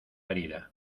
herida